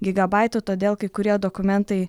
gigabaitų todėl kai kurie dokumentai